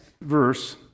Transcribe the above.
verse